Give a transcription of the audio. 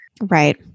Right